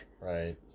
Right